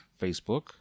Facebook